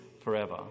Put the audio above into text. forever